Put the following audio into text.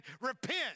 repent